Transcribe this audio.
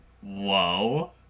Whoa